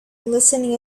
listening